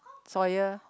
soya